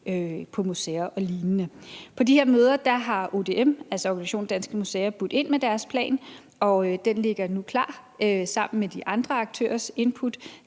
på museer og lign. På de her møder har ODM, altså Organisationen Danske Museer, budt ind med deres plan, og den ligger nu klar sammen med de andre aktørers input